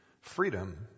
Freedom